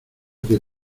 que